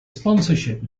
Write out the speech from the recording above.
sponsorship